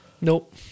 Nope